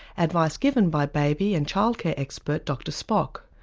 advice given by baby and childcare expert dr spock.